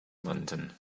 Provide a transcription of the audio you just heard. london